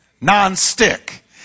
non-stick